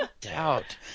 Doubt